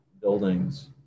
buildings